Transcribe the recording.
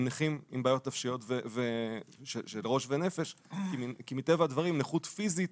נכים עם בעיות נפשיות של ראש ונפש כי מטבע הדברים נכות פיזית